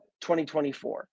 2024